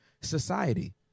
Society